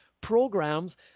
programs